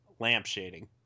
lampshading